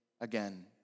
again